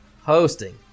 hosting